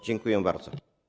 Dziękuję bardzo.